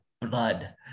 blood